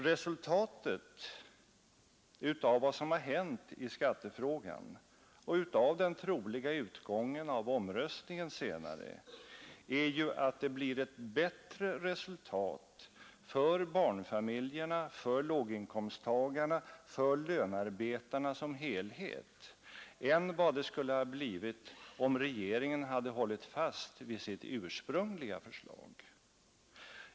Resultatet av vad som hänt i skattefrågan och den troliga utgången av omröstningen senare är ju att det blir ett bättre resultat för barnfamiljerna, för låginkomsttagarna och för lönearbetarna som helhet än vad det skulle ha blivit om regeringen hade hållit fast vid sitt ursprungliga förslag.